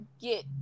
get